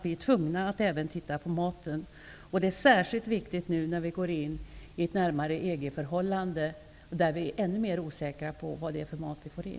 Vi är tvungna att även titta på maten. Det är särskilt viktigt när vi nu går in i ett närmare EG förhållande. Då blir vi ännu mer osäkra på vad det är för mat vi får in.